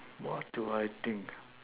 what do I think